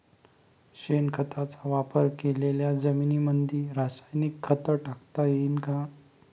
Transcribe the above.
शेणखताचा वापर केलेल्या जमीनीमंदी रासायनिक खत टाकता येईन का?